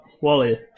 Wally